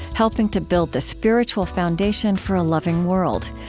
helping to build the spiritual foundation for a loving world.